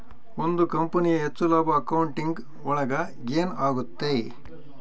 ಒಂದ್ ಕಂಪನಿಯ ಹೆಚ್ಚು ಲಾಭ ಅಕೌಂಟಿಂಗ್ ಒಳಗ ಗೇನ್ ಆಗುತ್ತೆ